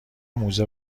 موزه